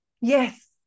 Yes